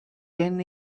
ten